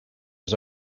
was